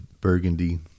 Burgundy